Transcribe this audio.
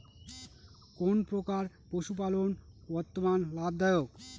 কোন প্রকার পশুপালন বর্তমান লাভ দায়ক?